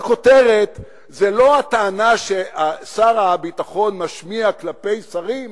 הכותרת אינה הטענה ששר הביטחון משמיע כלפי שרים